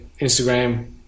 Instagram